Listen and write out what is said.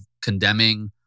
Condemning